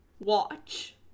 Watch